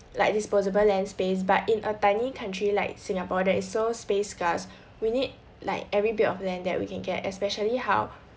like disposable land space but in a tiny country like singapore that is so space scarce we need like every bit of land that we can get especially how